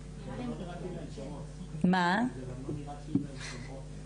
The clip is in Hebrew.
נעבור לנציגת משרד החינוך ובינתיים הבנות ינסו להתחבר בצורה טובה.